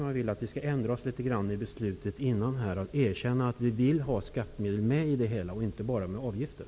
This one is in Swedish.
Jag vill att vi ändrar oss litet och erkänner att vi vill att skattemedel skall vara med och finansiera det hela, inte bara avgifter.